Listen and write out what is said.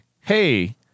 hey